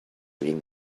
reading